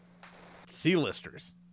C-listers